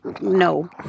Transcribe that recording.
No